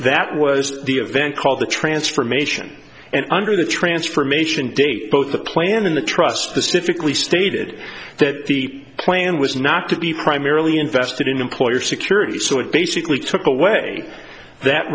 that was the event called the transformation and under the transformation date both the plan and the trust the stiffly stated that the plan was not to be primarily invested in employer security so it basically took away that